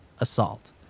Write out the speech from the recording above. assault